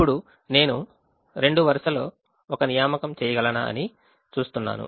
ఇప్పుడు నేను రెండవ వరుసలో ఒక నియామకం చేయగలనా అని చూస్తున్నాను